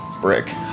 brick